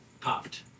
popped